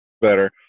better